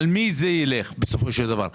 על מי בסופו של דבר ייפול?